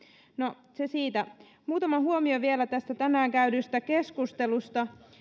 no se siitä muutama huomio vielä tästä tänään käydystä keskustelusta